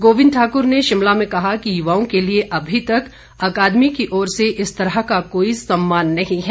गोविन्द ठाकुर ने शिमला में कहा कि युवाओं के लिए अभी तक अकादमी की ओर से इस तरह का कोई सम्मान नही है